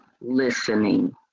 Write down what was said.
listening